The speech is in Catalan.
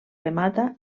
remata